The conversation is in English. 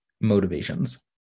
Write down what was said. Motivations